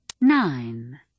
Nine